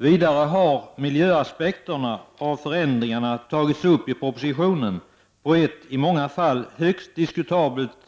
Vidare har miljöaspekterna när det gäller förändringarna tagits upp i propositionen på ett i många fall högst diskutabelt,